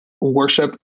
worship